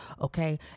Okay